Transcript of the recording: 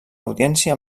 audiència